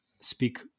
speak